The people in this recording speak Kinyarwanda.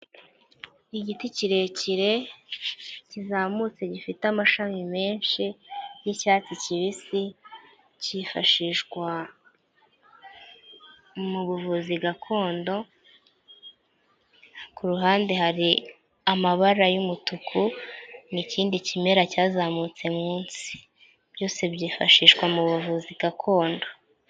Igiti kirekire kizamutse gifite amashami menshi y'icyatsi kibisi; cyifashishwa mu buvuzi gakondo; ku ruhande hari amabara y'umutuku; n'ikindi kimera cyazamutse munsi, byose byifashishwa mu buvuzi gakondo.